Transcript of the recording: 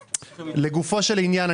לגופו של עניין.